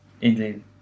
Indeed